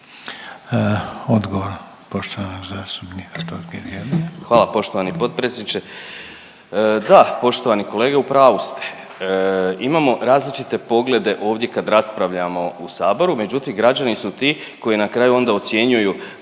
**Totgergeli, Miro (HDZ)** Hvala poštovani potpredsjedniče. Da, poštovani kolega u pravu ste, imamo različite poglede ovdje kad raspravljamo u Saboru, međutim građani su ti koji na kraju onda ocjenjuju